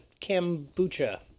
kombucha